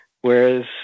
whereas